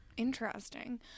interesting